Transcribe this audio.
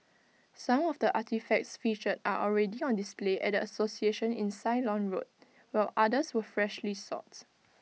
some of the artefacts featured are already on display at the association in Ceylon road while others were freshly sought